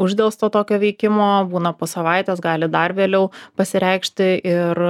uždelsto tokio veikimo būna po savaitės gali dar vėliau pasireikšti ir